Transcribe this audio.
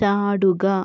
ചാടുക